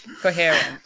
coherent